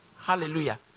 Hallelujah